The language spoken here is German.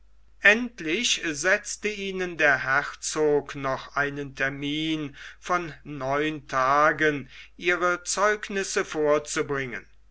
endlich setzte ihnen der herzog noch einen termin von neun tagen ihre zeugnisse vorzubringen